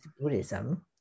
Buddhism